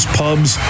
pubs